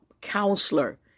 counselor